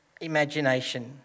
Imagination